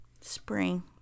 spring